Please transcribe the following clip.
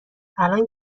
الان